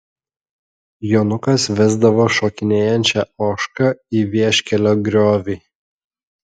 jonukas vesdavo šokinėjančią ožką į vieškelio griovį